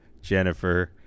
Jennifer